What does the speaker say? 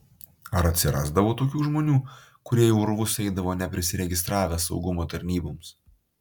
ar atsirasdavo tokių žmonių kurie į urvus eidavo neprisiregistravę saugumo tarnyboms